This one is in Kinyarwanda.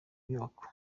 nyubako